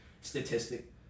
statistic